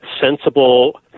sensible